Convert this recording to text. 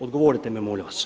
Odgovorite mi molim vas.